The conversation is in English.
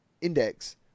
index